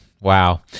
Wow